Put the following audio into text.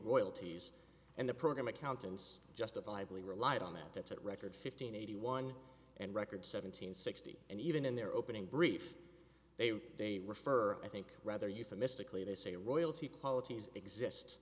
royalties and the program accountants justifiably relied on that that's at record fifteen eighty one and record seven hundred sixty and even in their opening brief they they refer i think rather euphemistically they say royalty qualities exist